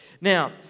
Now